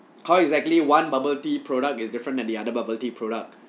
how exactly one bubble tea product is different than the other bubble tea product